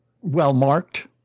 well-marked